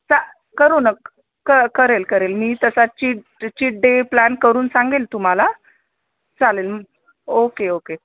चा करू ना क करेल करेल मी तसा चि चिट डे प्लॅन करून सांगेल तुम्हाला चालेल ओके ओके